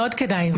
מאוד כדאי,